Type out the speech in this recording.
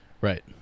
right